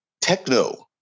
Techno